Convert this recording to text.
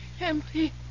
empty